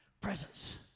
presence